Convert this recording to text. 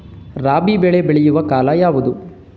ರಾಬಿ ಬೆಳೆ ಬೆಳೆಯುವ ಕಾಲ ಯಾವುದು?